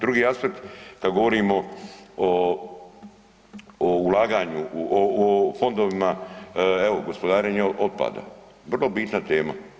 Drugi aspekt kad govorimo o ulaganju u fondovima, evo gospodarenje otpadom, vrlo bitna tema.